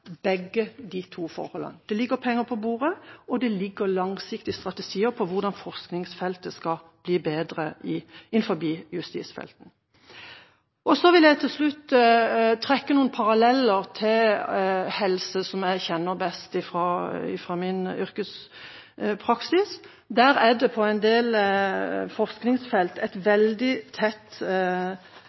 to forholdene – det ligger penger på bordet, og det ligger langsiktige strategier for hvordan forskningsfeltet skal bli bedre innenfor justisfeltet. Så vil jeg til slutt trekke noen paralleller til helse, som jeg kjenner best fra min yrkespraksis. Der er det på en del forskningsfelt et veldig tett